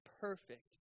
perfect